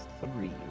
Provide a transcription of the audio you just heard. three